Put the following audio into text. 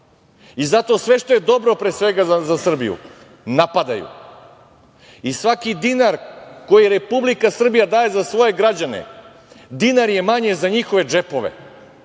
i zato sve što je dobro pre svega za Srbiju, napadaju, i svaki dinar koji Republika Srbija daje za svoje građane, dinar je manje za njihove džepove,